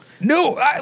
No